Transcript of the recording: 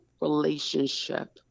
relationship